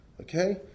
Okay